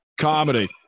Comedy